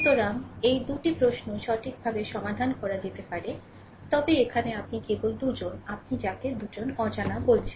সুতরাং এই 2 টি প্রশ্ন সঠিকভাবে সমাধান করা যেতে পারে তবে এখানে আপনি কেবল 2 জন আপনি যাকে 2 অজানা বলছেন